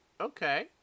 Okay